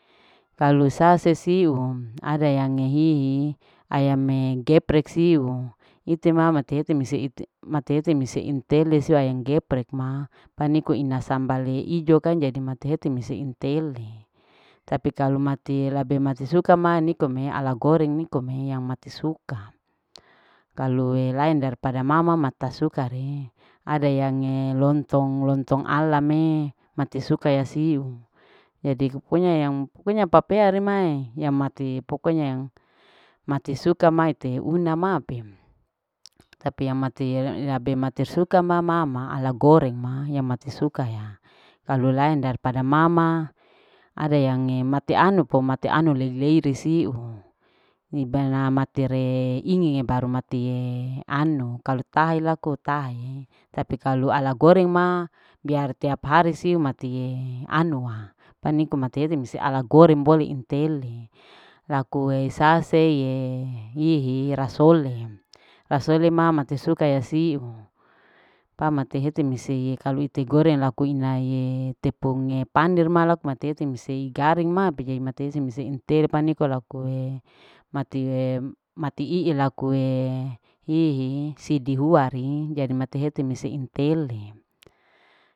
Kalu sase siu ada yange hihi ayame geprek siu ite ma mati ite ise mintele siu ayam geprek ma paniko ina sambale ijo kang jadi mati heti mise intele tapi kalu mati labe mati suka ma nikome ala goreng nikome yang mati suka kalue laen daripada mama mata suka re ada yange lontong. lontong ala me mati suka ya siu jadi pokonya. pokonya papea rema yang mati pokonya mati suka una mape tapi yang mati labe mati sukama mama ala goreng ma yang mati suka kalu laen daripada mama ada yange mati anu po mati anu lei. lei risiu ibana igie baru mati anu kalu tahe laku tuahe tapi kalu ala goreng ma biar tiap hari siu matie anua paniko mati heti musi ala goreng bole intele lakue saseye yehi rasole. rasole ma mati suka yasiu pa mati hete miseye kalu ite goreng laku inaye tepung pander ma laku mate heti musei gareng ma bie mati heti inte paniko lakue matie. mati ii lakuee hihi sidi huari jadi mati hete mise intele.